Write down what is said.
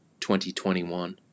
2021